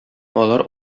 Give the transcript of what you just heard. алар